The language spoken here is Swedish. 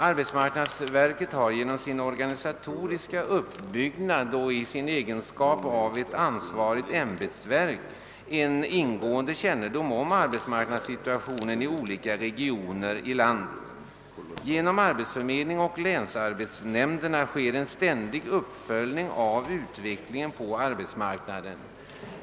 Arbetsmarknadsverket har genom sin organisatoriska uppbyggnad och i sin egenskap av ansvarigt ämbetsverk en ingående kännedom om arbetsmarknadssituationen i olika regioner i landet. Genom arbetsförmedling och länsarbetsnämnderna sker en ständig uppföljning av utvecklingen på arbetsmarknaden.